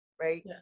right